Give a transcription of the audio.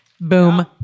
Boom